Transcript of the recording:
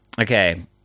okay